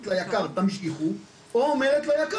או שהיא אומרת להיק"ר "תמשיכו" או שהיא אומרת ליק"ר